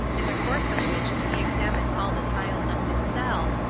in the course of which he examined all the tiles of his cell,